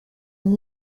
and